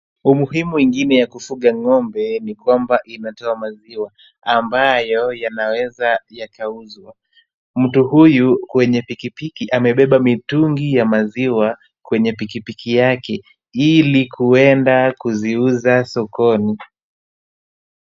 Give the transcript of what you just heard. Umuhumu ingine ya kufuga ng'ombe ni kwamba inatoa maziwa ambayo yanaweza yakauzwa. Mtu huyu kwenye pikipiki amebeba mitungi ya maziwa kwenye pikipiki yake ili kuenda kuziuza sokoni.